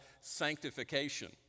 sanctification